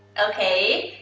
okay?